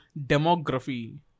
Demography